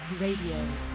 Radio